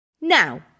now